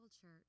church